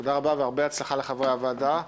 תודה רבה והרבה הצלחה לחברי הוועדה.